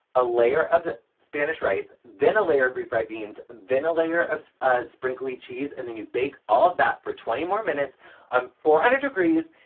a layer of spanish rice, then a layer of refried beans, then a layer of ah sprinkly cheese. and then you bake all of that for twenty more minutes on four hundred degrees.